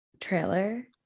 trailer